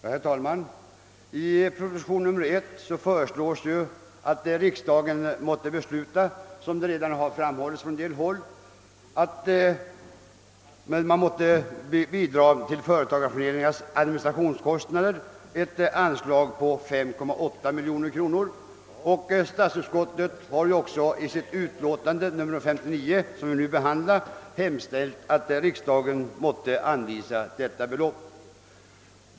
Herr talman! I propositionen nr 1 föreslås att riksdagen måtte — såsom här redan framhållits — bevilja ett anslag på 5,8 miljoner kronor såsom bidrag till företagareföreningarnas administrationskostnader. Statsutskottet har också i sitt utlåtande nr 59, som vi nu behandlar, hemställt att riksdagen måtte anvisa detta belopp.